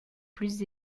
plus